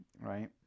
right